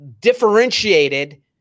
differentiated